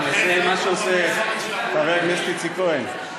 נעשה מה שעושה חבר הכנסת איציק כהן: